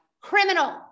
Criminal